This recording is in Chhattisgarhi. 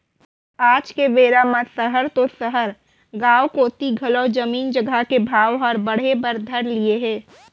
आज के बेरा म सहर तो सहर गॉंव कोती घलौ जमीन जघा के भाव हर बढ़े बर धर लिये हे